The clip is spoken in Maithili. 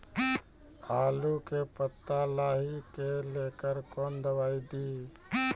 आलू के पत्ता लाही के लेकर कौन दवाई दी?